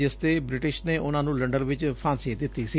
ਜਿਸ ਤੇ ਬਿਟਿਸ਼ ਨੇ ਉਨਾਂ ਨੂੰ ਲੰਡਨ ਚ ਫਾਂਸੀ ਦਿੱਤੀ ਸੀ